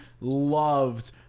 loved